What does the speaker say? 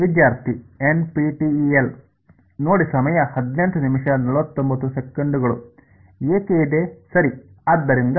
ವಿದ್ಯಾರ್ಥಿ ಎನ್ಪಿಟಿಇಎಲ್ ಏಕೆ ಇದೆ ಸರಿ ಆದ್ದರಿಂದ